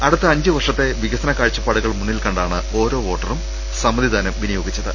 അടുത്ത അഞ്ച് വർഷത്തെ വികസന കാഴ്ച്ചപ്പാ ടുകൾ മുന്നിൽ കണ്ടാണ് ഓരോ വോട്ടറും സമ്മതിദാനം വിനിയോ ഗിച്ചത്